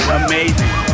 amazing